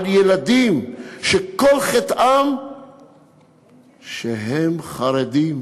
לילדים שכל חטאם שהם חרדים,